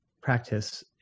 practice